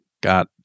got